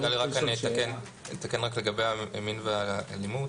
אתקן רק לגבי המין והאלימות.